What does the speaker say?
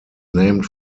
named